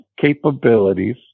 capabilities